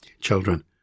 Children